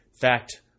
fact